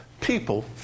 people